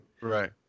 Right